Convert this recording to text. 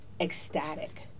ecstatic